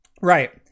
Right